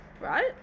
Right